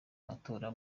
matora